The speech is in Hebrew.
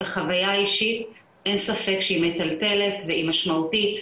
את החוויה האישית אין ספק שהיא מטלטלת והיא משמעותית,